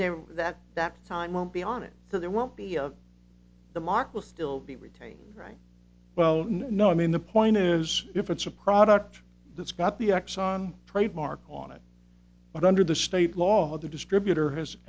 there that that time won't be on it so there won't be of the mark will still be retained right well no i mean the point is if it's a product that's got the exxon trademark on it but under the state law the distributor has